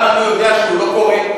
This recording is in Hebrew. גם אני יודע שהוא לא קורא.